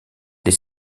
les